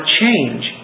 change